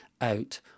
out